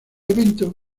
evento